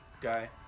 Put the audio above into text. guy